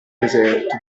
deserto